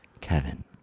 Kevin